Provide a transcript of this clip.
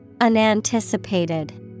Unanticipated